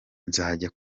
nzajya